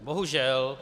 Bohužel